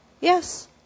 Yes